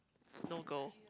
no go